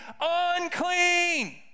unclean